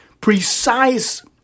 precise